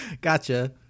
gotcha